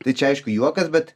tai čia aišku juokas bet